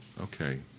Okay